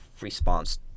response